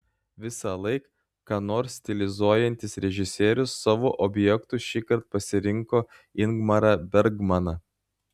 visąlaik ką nors stilizuojantis režisierius savo objektu šįkart pasirinko ingmarą bergmaną